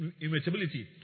immutability